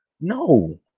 No